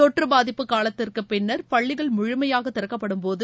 தொற்று பாதிப்பு காலத்திற்கு பின்னர் பள்ளிகள் முழுமையாக திறக்கப்படும்போது